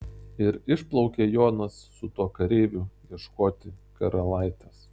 ir išplaukė jonas su tuo kareiviu ieškoti karalaitės